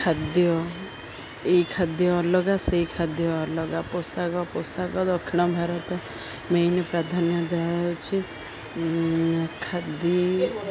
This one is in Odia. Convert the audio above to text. ଖାଦ୍ୟ ଏଇ ଖାଦ୍ୟ ଅଲଗା ସେଇ ଖାଦ୍ୟ ଅଲଗା ପୋଷାକ ପୋଷାକ ଦକ୍ଷିଣ ଭାରତ ମେନ୍ ପ୍ରାଧାନ୍ୟ ହେଉଛି ଖାଦ୍ୟ